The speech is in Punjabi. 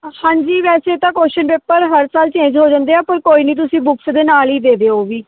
ਹਾਂਜੀ ਵੈਸੇ ਤਾਂ ਕੁਸ਼ਚਨ ਪੇਪਰ ਹਰ ਸਾਲ ਚੇਂਜ ਹੋ ਜਾਂਦੇ ਆ ਪਰ ਕੋਈ ਨਹੀਂ ਤੁਸੀਂ ਬੁੱਕਸ ਦੇ ਨਾਲ ਹੀ ਦੇ ਦਿਓ ਉਹ ਵੀ